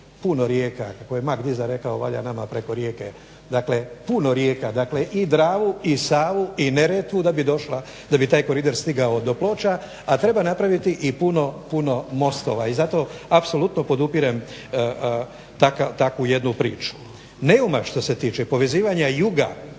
ne razumije./… rekao valja nama preko rijeke, dakle puno rijeka, i Dravu i Savu i Neretvu da bi došla, da bi taj koridor stigao do Ploča a treba napraviti i puno mostova i zato apsolutno podupirem takvu jednu priču. što se tiče povezivanja juga